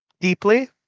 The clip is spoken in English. deeply